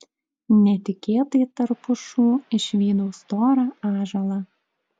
netikėtai tarp pušų išvydau storą ąžuolą